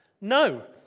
no